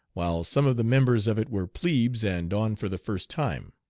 while some of the members of it were plebes and on for the first time.